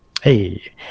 Hey